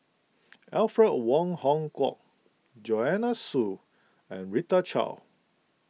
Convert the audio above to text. Alfred Wong Hong Kwok Joanne Soo and Rita Chao